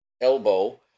elbow